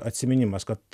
atsiminimas kad